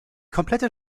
komplette